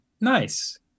nice